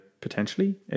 potentially